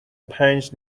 پنج